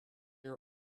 are